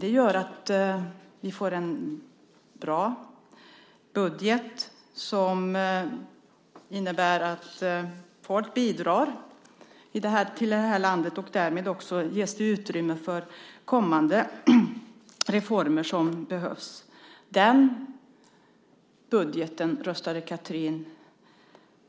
Det gör att vi får en bra budget som innebär att folk bidrar till utvecklingen i det här landet, och därmed ges det också utrymme för kommande reformer som behövs. Den budgeten röstade Catherine